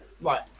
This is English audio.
Right